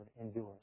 endures